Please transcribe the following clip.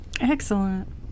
Excellent